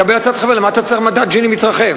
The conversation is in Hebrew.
קבל עצת חבר: למה אתה צריך מדד ג'יני מתרחב?